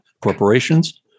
corporations